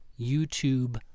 YouTube